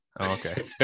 Okay